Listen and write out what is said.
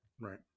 Right